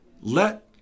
let